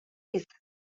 izango